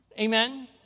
amen